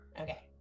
Okay